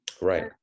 right